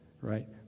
right